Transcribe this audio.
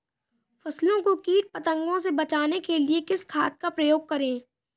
फसलों को कीट पतंगों से बचाने के लिए किस खाद का प्रयोग करें?